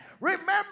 Remember